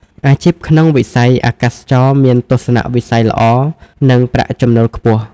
អាជីពក្នុងវិស័យអាកាសចរណ៍មានទស្សនវិស័យល្អនិងប្រាក់ចំណូលខ្ពស់។